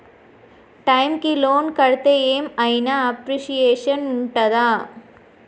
Time కి loan కడ్తే ఏం ఐనా అప్రిషియేషన్ ఉంటదా?